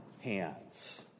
hands